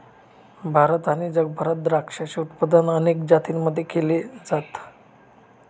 भारत आणि जगभरात द्राक्षाचे उत्पादन अनेक जातींमध्ये केल जात